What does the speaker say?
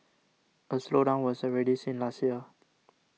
a slowdown was already seen last year